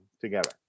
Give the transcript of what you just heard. together